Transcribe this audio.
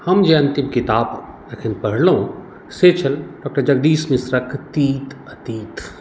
हम जे अन्तिम किताब एखन पढ़लहुँ से छल डॉक्टर जगदीश मिश्रक तीत अतीत